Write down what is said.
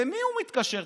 למי הוא מתקשר?